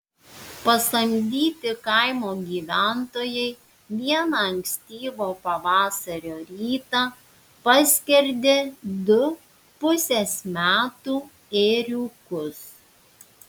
pasamdyti kaimo gyventojai vieną ankstyvo pavasario rytą paskerdė du pusės metų ėriukus